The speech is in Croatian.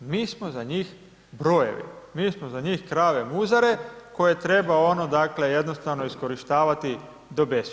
Mi smo za njih brojevi, mi smo za njih krave muzare koje treba ono dakle jednostavno iskorištavati do besvijesti.